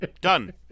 Done